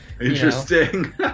Interesting